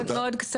מאוד מאוד קצרה,